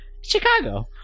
Chicago